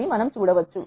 అది మనం చూడవచ్చు